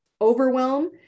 overwhelm